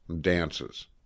dances